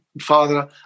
Father